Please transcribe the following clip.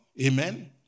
Amen